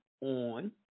on